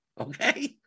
okay